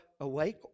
awake